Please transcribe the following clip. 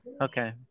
Okay